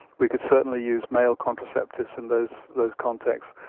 we could certainly use male contraceptives in those those contexts,